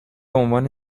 عنوان